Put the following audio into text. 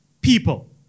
people